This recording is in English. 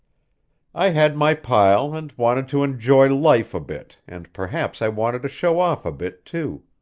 i had my pile and wanted to enjoy life a bit and perhaps i wanted to show off a bit, too.